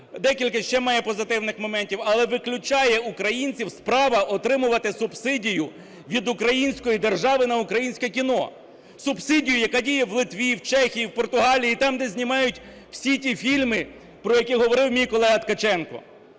декілька ще має позитивних моментів, але виключає українців з права отримувати субсидію від української держави на українське кіно, субсидію, яка діє в Литві, в Чехії, в Португалії – там, де знімають всі ті фільми, про які говорив мій колега Ткаченко.